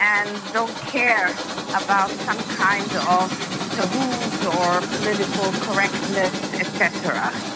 and don't care about some kind of taboos or political correctness et cetera.